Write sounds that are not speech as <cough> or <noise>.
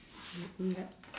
<noise> read read up